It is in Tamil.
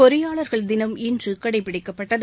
பொறியாளர்கள் தினம் இன்று கடைபிடிக்கப்பட்டது